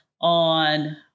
on